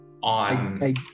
on